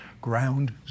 ground